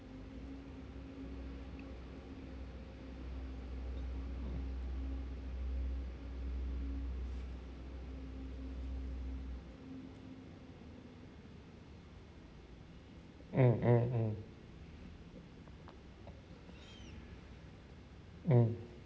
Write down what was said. mm mm mm mm